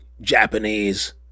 Japanese